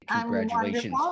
Congratulations